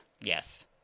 yes